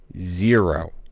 Zero